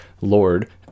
lord